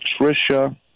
Trisha